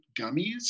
gummies